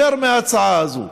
יותר מההצעה הזאת?